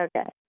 Okay